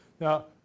Now